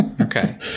Okay